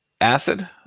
acid